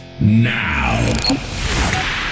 now